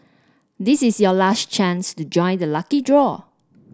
this is your last chance to join the lucky draw